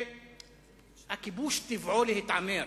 שהכיבוש, טבעו להתעמר.